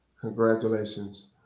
Congratulations